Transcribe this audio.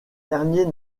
derniers